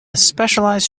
specialised